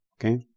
Okay